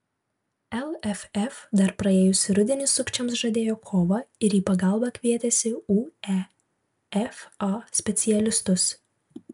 lff dar praėjusį rudenį sukčiams žadėjo kovą ir į pagalbą kvietėsi uefa specialistus